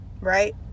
right